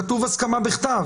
כתוב "הסכמה בכתב".